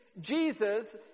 Jesus